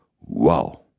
Wow